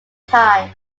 time